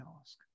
ask